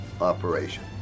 operation